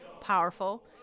powerful